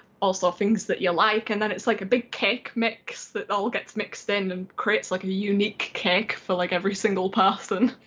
also things that you like and then it's like a big cake mix that all gets mixed in and creates like a unique cake for like every single person.